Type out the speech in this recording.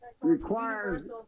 requires